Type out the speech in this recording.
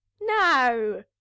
no